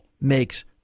makes